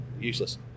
useless